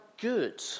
good